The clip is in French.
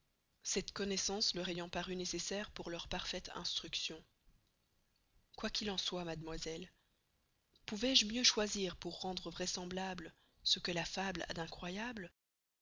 cette connoissance leur ayant paru nécessaire pour leur parfaite instruction quoi qu'il en soit mademoiselle pouvois je mieux choisir pour rendre vrai semblable ce que la fable a d'incroyable